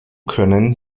können